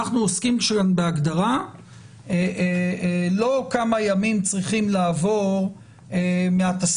אנחנו עוסקים בהגדרה לא כמה ימים צריכים לעבור מהתסמינים